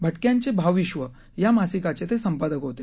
भटक्यांचे भावविश्व या मासिकाचे ते संपादक होते